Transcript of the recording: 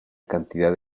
cantidad